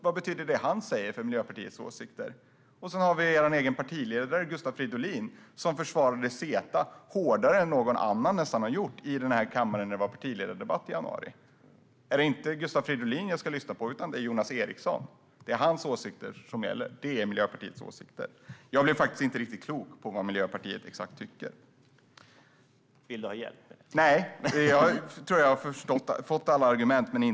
Vad betyder det han säger för Miljöpartiets åsikter? Och så har vi er egen partiledare, Gustav Fridolin, som under partiledardebatten i januari försvarade CETA nästan hårdare än någon annan har gjort i denna kammare. Är det inte Gustav Fridolin utan Jonas Eriksson jag ska lyssna på? Är det hans åsikter som gäller som Miljöpartiets åsikter? Jag blir faktiskt inte riktigt klok på vad Miljöpartiet exakt tycker trots att jag tror att jag har fått alla argument.